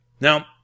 Now